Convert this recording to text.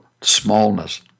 smallness